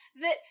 that-